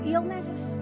Illnesses